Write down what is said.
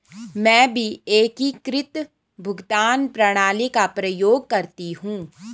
मैं भी एकीकृत भुगतान प्रणाली का प्रयोग करती हूं